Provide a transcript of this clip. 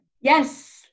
Yes